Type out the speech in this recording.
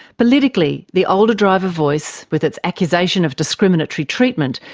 politically, the older driver voice, with its accusation of discriminatory treatment,